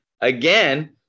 again